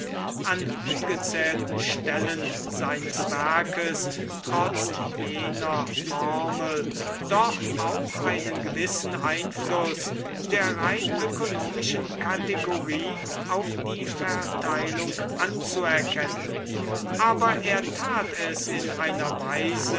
an ungezählten stellen seines werkes trotz jener formel doch auch einen gewissen einfluß der rein ökonomischen kategorie auf die verteilung anzuerkennen aber er tat es in einer weise